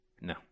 No